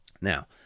Now